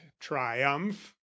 triumph